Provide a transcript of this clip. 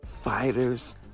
fighters